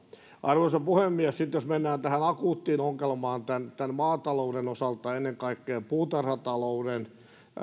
arvoisa puhemies sitten jos mennään tähän akuuttiin ongelmaan tämän maatalouden osalta ennen kaikkea puutarhatalouden